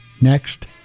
Next